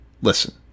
listen